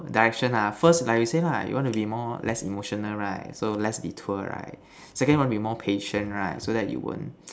Direction ah first like you say lah you want to be more less emotional right so less detour right second you want to be more patient right so that you won't